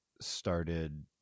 started